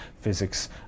physics